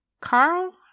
Carl